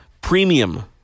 premium